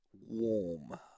warm